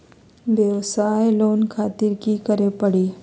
वयवसाय लोन खातिर की करे परी?